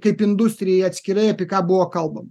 kaip industrijai atskirai apie ką buvo kalbama